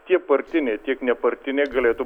tie partiniai tiek nepartiniai galėtų